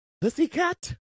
Pussycat